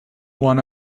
one